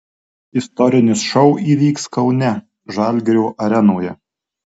istorinis šou įvyks kaune žalgirio arenoje